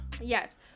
yes